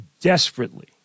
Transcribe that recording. Desperately